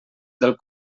del